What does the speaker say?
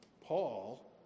paul